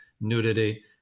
nudity